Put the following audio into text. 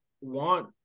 want